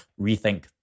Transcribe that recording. rethink